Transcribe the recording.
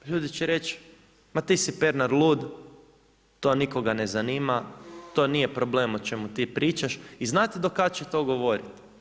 Ljudi će reći ma ti si Pernar lud, to nikoga ne zanima, to nije problem o čemu ti pričaš i znate do kad će to govoriti?